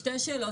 שתי שאלות.